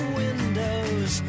windows